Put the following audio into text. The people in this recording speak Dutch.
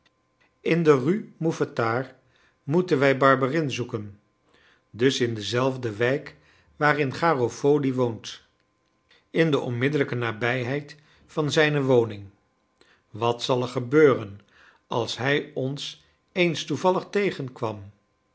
in de rue mouffetard moeten wij barberin zoeken dus in dezelfde wijk waarin garofoli woont in de onmiddellijke nabijheid van zijne woning wat zal er gebeuren als hij ons eens toevallig tegenkwam